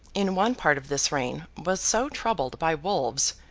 in one part of this reign, was so troubled by wolves,